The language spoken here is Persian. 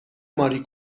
ماری